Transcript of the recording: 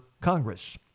Congress